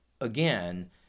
again